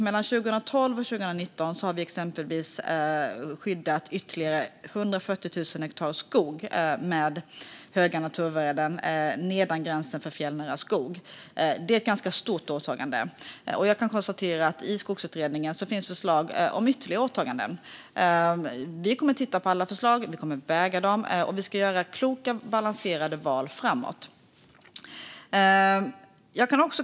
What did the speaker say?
Mellan 2012 och 2019 har vi exempelvis skyddat ytterligare 140 000 hektar skog med höga naturvärden nedanför gränsen för fjällnära skog. Det är ett ganska stort åtagande, och jag kan konstatera att det i Skogsutredningen finns förslag om ytterligare åtaganden. Vi kommer att titta på alla förslag. Vi kommer att väga dem, och vi ska göra kloka, balanserade val framåt.